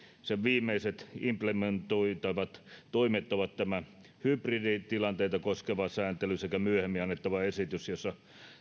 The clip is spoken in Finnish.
sen viimeiset implementoitavat toimet ovat tämä hybriditilanteita koskeva sääntely sekä myöhemmin annettava esitys jossa